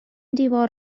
دیوار